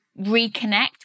reconnect